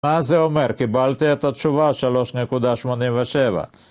מה זה אומר? קיבלתי את התשובה 3.87